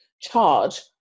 charge